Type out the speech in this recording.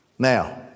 Now